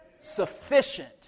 sufficient